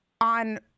on